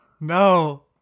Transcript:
No